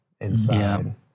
inside